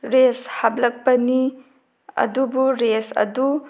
race ꯍꯥꯞꯂꯛꯄꯅꯤ ꯑꯗꯨꯕꯨ race ꯑꯗꯨ